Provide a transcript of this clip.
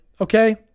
okay